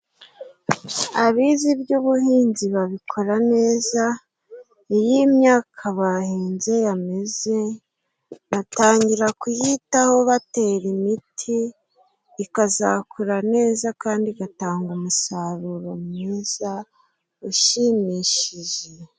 Abize iby'ubuhinzi babikora neza, iyo imyaka bahinze yameze batangira kuyitaho batera imiti ikazakura neza kandi igatanga umusaruro mwiza ushimishije.